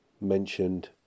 mentioned